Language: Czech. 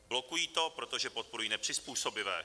Blokují to, protože podporují nepřizpůsobivé.